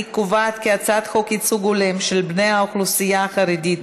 חוק ייצוג הולם של בני האוכלוסייה החרדית